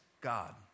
God